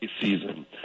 season